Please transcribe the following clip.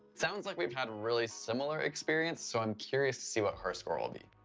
sounds like we've had really similar experiences, so i'm curious to see what her score will be.